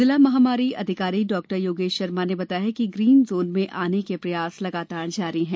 जिला महामारी अधिकारी डॉ योगेश शर्मा ने बताया है कि ग्रीन जोन में आने के प्रयास जारी हैं